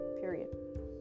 period